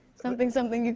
something, something,